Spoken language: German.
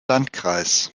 landkreis